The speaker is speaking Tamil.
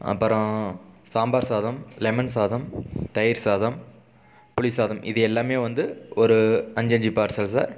அப்புறம் சாம்பார் சாதம் லெமன் சாதம் தயிர் சாதம் புளி சாதம் இது எல்லாமே வந்து ஒரு அஞ்சு அஞ்சு பார்சல் சார்